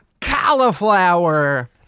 Cauliflower